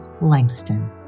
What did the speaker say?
Langston